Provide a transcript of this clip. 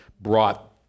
brought